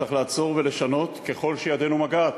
צריך לעצור ולשנות ככל שידנו מגעת.